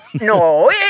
No